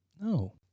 No